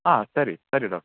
ಹಾಂ ಸರಿ ಸರಿ ಡಾಕ್ಟರ್